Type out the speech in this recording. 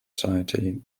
society